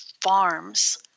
farms